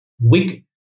weak